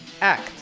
act